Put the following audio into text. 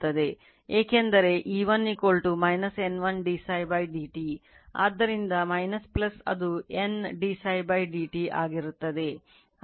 ಏಕೆಂದರೆ E1 N1 d ψ dt ಆದ್ದರಿಂದ ಅದು N d ψ d t ಆಗಿರುತ್ತದೆ